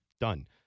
done